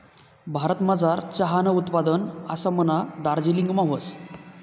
भारतमझार चहानं उत्पादन आसामना दार्जिलिंगमा व्हस